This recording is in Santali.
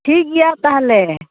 ᱴᱷᱤᱠ ᱜᱮᱭᱟ ᱛᱟᱦᱟᱞᱮ